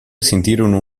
sentirono